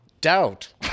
doubt